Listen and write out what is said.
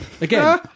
Again